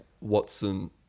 Watson